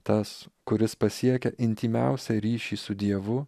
tas kuris pasiekia intymiausią ryšį su dievu